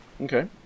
Okay